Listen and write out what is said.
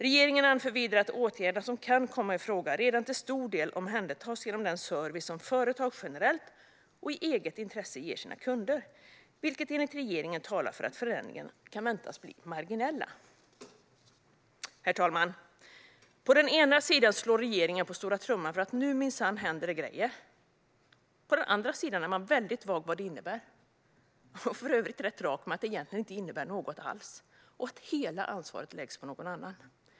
Regeringen anför vidare att åtgärderna som kan komma i fråga redan till stor del omhändertas genom den service som företag generellt och i eget intresse ger sina kunder, vilket enligt regeringen talar för att förändringarna kan väntas bli marginella." Herr talman! På den ena sidan slår regeringen på stora trumman för att det nu minsann händer grejer. På den andra sidan är man mycket vag om vad det innebär och för övrigt rätt rak med att det egentligen inte innebär något alls. Och hela ansvaret läggs på någon annan.